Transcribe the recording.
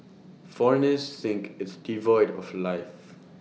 foreigners think it's devoid of life